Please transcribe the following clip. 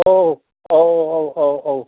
ꯑꯣ ꯑꯧ ꯑꯧ ꯑꯧ ꯑꯧ